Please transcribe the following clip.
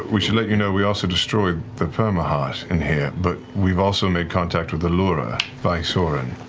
we should let you know, we also destroyed the permaheart in here, but we've also made contact with allura vysoren.